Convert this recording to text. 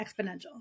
exponential